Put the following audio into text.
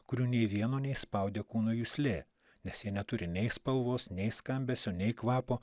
kurių nei vieno neišspaudė kūno juslė nes jie neturi nei spalvos nei skambesio nei kvapo